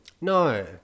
No